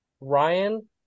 Ryan